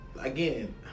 again